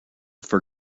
for